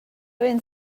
vens